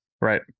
Right